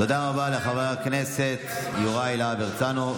תודה רבה לחבר הכנסת יוראי להב הרצנו.